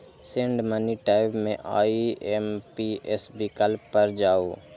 send money tab मे IMPS विकल्प पर जाउ